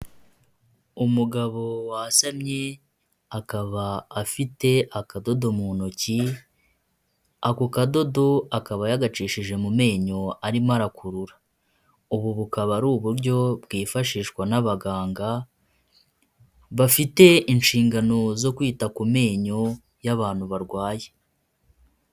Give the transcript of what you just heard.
Umugabo wasamye akaba afite akadodo mu ntoki ako kadodo akaba yagacishije mu menyo arimo arakurura, ubu bukaba ari uburyo bwifashishwa n'abaganga bafite inshingano zo kwita ku menyo y'abantu barwaye.